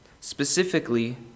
specifically